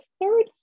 third